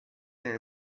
nei